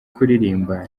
kuririmba